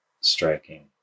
striking